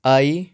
I